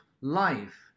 life